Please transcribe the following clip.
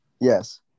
Yes